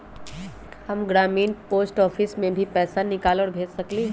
हम ग्रामीण post office से भी पैसा निकाल और भेज सकेली?